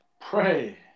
Pray